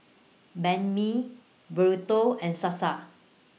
Banh MI Burrito and Salsa